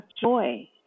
joy